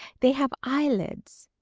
they have eyelids,